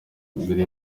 mbere